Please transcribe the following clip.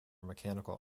mechanical